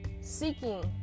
seeking